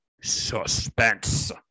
suspense